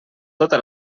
tota